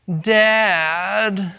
dad